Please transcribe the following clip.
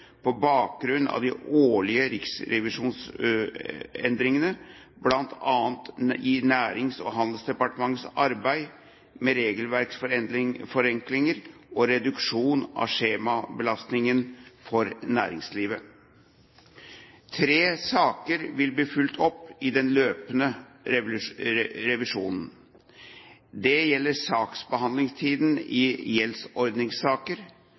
på bakgrunn av de årlige risikovurderingene, bl.a. Nærings- og handelsdepartementets arbeid med regelverksforenklinger og reduksjon av skjemabelastningen for næringslivet. Tre saker vil bli fulgt opp i den løpende revisjonen. Det gjelder saksbehandlingstiden i gjeldsordningssaker,